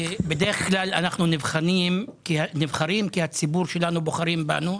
בדרך כלל אנחנו נבחרים כי הציבור שלנו בוחר בנו.